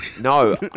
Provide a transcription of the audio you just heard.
No